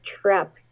trap